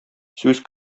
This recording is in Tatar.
сүз